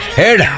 head